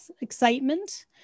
excitement